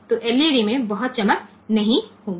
तो एलईडी में बहुत चमक नहीं होगी